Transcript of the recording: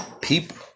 people